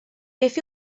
beth